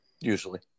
Usually